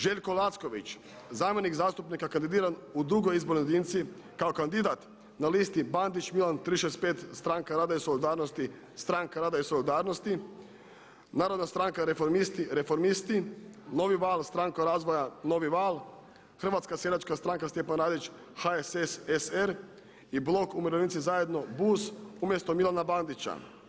Željko Lacković zamjenik zastupnika kandidiran u drugoj izbornoj jedinici kao kandidat na listi Bandić Milan 365 - Stranka rada i solidarnosti, Stranka rada i solidarnosti, Narodna stranka - Reformisti, Reformisti , Novi val - Stranka razvoja, Novi val, Hrvatska seljačka stranka Stjepan Radić, HSS - SR i Blok umirovljenici zajedno, BUZ umjesto Milana Bandića.